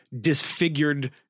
disfigured